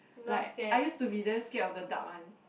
like I used to be damn scared of the dark one